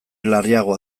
larriagoa